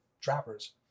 trappers